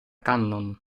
cannon